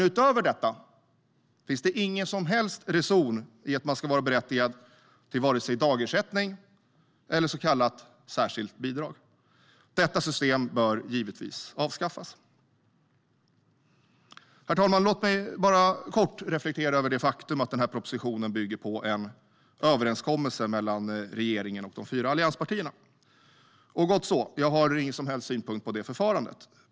Utöver detta finns det ingen som helst reson i att vara berättigad till vare sig dagersättning eller så kallat särskilt bidrag. Detta system bör givetvis avskaffas. Herr talman! Låt mig kort reflektera över det faktum att propositionen bygger på en överenskommelse mellan regeringen och de fyra allianspartierna. Gott så. Jag har ingen som helst synpunkt på det förfarandet.